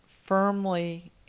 firmly